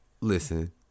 listen